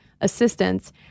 assistance